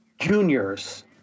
Juniors